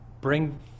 bring